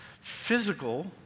physical